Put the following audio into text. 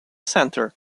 centre